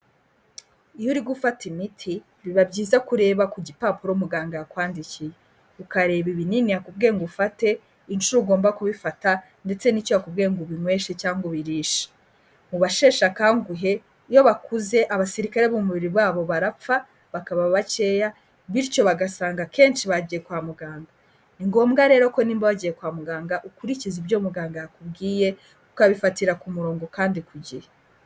Iyo uri gufata imiti, biba byiza kureba ku gipapuro muganga yakwandikiye. Ukareba ibinini yakubwiye ngo ufate, inshuro ugomba kubifata, ndetse n'icyo yakubwiye ngo ubinyweshe cyangwa ubirishe. Mu basheshe akanguhe iyo bakuze, abasirikare b'umubiri babo barapfa bakaba bakeya, bityo bagasanga akenshi bagiye kwa muganga. Ni ngombwa rero ko nimba wagiye kwa muganga ukurikize ibyo muganga yakubwiye, ukabifatira ku murongo kandi ku gihe.